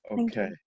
Okay